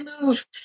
move